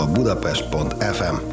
Budapest.fm